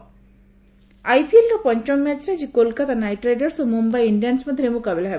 IPL ଆଇପିଏଲ୍ର ପଞ୍ଚମ ମ୍ୟାଚ୍ରେ ଆଜି କୋଲକାଟା ନାଇଟ୍ ରାଇଡର୍ସ ଓ ମୁମ୍ବାଇ ଇଞ୍ଜିଆନ୍ନ ମଧ୍ୟରେ ମୁକାବିଲା ହେବ